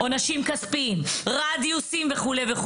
עונשים כספיים, רדיוסים וכדומה.